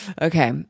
Okay